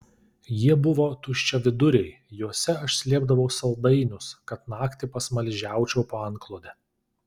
jie buvo tuščiaviduriai juose aš slėpdavau saldainius kad naktį pasmaližiaučiau po antklode